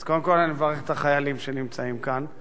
אז קודם כול אני מברך את החיילים שנמצאים כאן,